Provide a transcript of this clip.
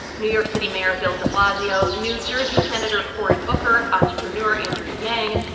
new york city mayor bill de blasio, new jersey senator cory booker, entrepreneur andrew yang,